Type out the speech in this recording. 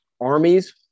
Armies